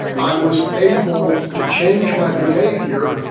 i was able to change my behaviour,